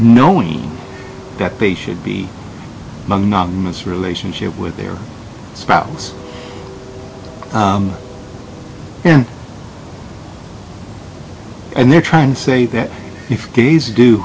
knowing that they should be among not miss relationship with their spouse and and they're trying to say that if gays do